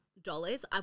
dollars